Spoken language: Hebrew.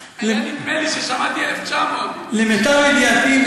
99. היה נדמה לי ששמעתי 1900. למיטב ידיעתי,